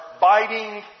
biting